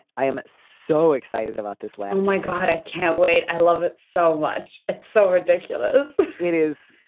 i am so excited about this laughs my god i can't wait. i love it so much. it's so ridiculous it is.